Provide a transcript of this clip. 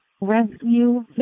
Rescue